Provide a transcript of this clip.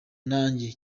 nanjye